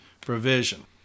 provision